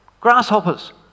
grasshoppers